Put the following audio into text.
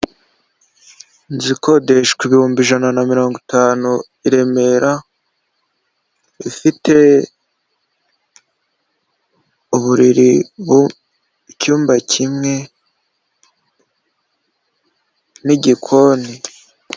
Inzu ikodeshwa ibihumbi ijana na mirongo itanu i Remera, ifite uburiri, icyumba kimwe n'igikoni.